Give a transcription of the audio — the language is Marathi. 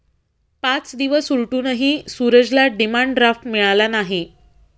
पाच दिवस उलटूनही सूरजला डिमांड ड्राफ्ट मिळाला नाही